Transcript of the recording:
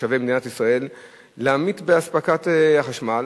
לתושבי מדינת ישראל להמעיט באספקת החשמל.